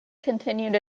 continued